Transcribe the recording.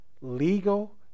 legal